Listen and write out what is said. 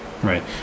Right